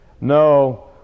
no